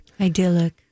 Idyllic